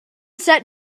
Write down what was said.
set